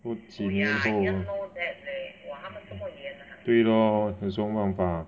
过几年后对 loh 有什么办法